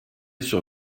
sur